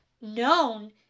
known